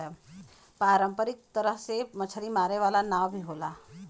पारंपरिक तरह से मछरी मारे वाला नाव भी होला